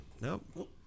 Nope